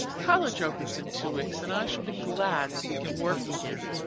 college opens in two weeks and i shall be glad to begin work again.